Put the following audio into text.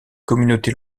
communautés